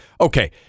okay